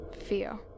fear